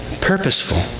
purposeful